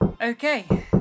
Okay